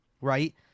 right